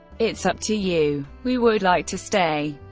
it's up to you. we would like to stay.